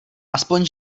aspoň